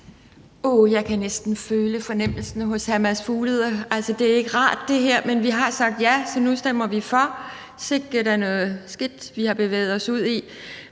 Uh, jeg kan næsten føle fornemmelsen hos hr. Mads Fuglede:Det her er ikke rart, men vi har sagt ja, så nu stemmer vi for; sikke da noget skidt, vi har bevæget os ud i.